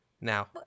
Now